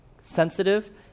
sensitive